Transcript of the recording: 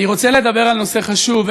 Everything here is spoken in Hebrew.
אני רוצה לדבר על נושא חשוב.